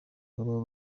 baba